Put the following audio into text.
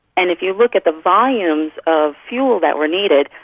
and if you look at the volumes of fuel that were needed,